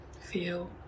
Feel